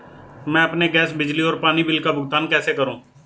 मैं अपने गैस, बिजली और पानी बिल का भुगतान कैसे करूँ?